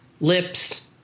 lips